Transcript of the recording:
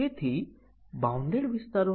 પછી output toggle કરે છે